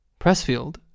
Pressfield